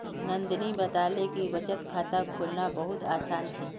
नंदनी बताले कि बचत खाता खोलना बहुत आसान छे